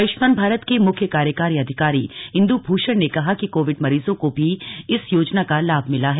आयुष्मान भारत के मुख्य कार्यकारी अधिकारी इंदू भूषण ने कहा कि कोविड मरीजों को भी इस योजना का लाभ मिला है